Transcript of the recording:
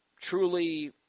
truly